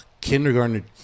kindergarten